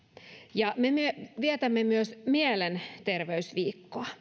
ja me vietämme myös mielenterveysviikkoa